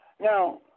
Now